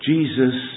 Jesus